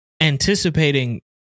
anticipating